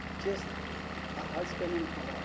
just a husband and